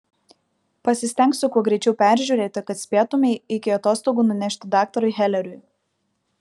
pasistengsiu kuo greičiau peržiūrėti kad spėtumei iki atostogų nunešti daktarui heleriui